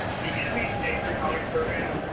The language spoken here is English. the inmates pay for college programs.